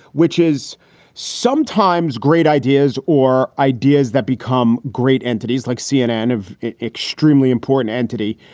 which is sometimes great ideas or ideas that become great entities like cnn of extremely important entity,